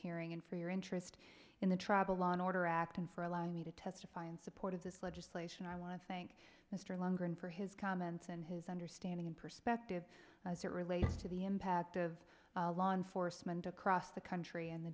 hearing and for your interest in the travel law and order act and for allowing me to testify in support of this legislation i want to thank mr longer and for his comments and his understanding and perspective as it relates to the impact of law enforcement across the country and the